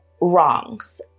wrongs